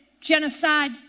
genocide